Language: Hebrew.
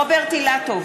(קוראת בשמות חברי הכנסת) רוברט אילטוב,